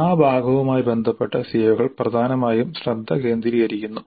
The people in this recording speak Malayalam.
ആ ഭാഗവുമായി ബന്ധപ്പെട്ട സിഒകൾ പ്രധാനമായും ശ്രദ്ധ കേന്ദ്രീകരിക്കുന്നു